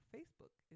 Facebook